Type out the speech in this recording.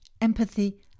empathy